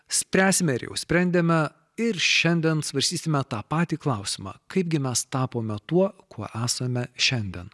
spręsime ar jau sprendėme ir šiandien svarstysime tą patį klausimą kaipgi mes tapome tuo kuo esame šiandien